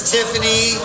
Tiffany